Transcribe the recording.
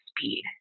speed